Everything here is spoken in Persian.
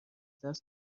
دست